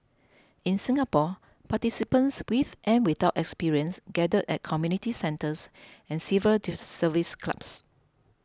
in Singapore participants with and without experience gathered at community centres and civil service clubs